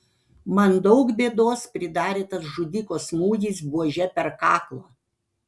man daug bėdos pridarė tas žudiko smūgis buože per kaklą